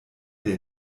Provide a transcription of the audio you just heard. der